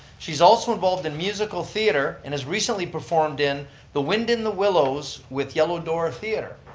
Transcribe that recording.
she's also involved in musical theater and has recently performed in the wind in the willows with yellow door theatre.